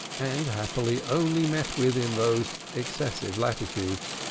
and, happily, only met with in those excessive longitudes!